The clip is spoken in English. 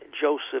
Joseph